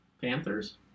Panthers